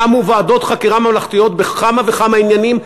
קמו ועדות חקירה ממלכתיות בכמה וכמה עניינים,